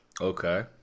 Okay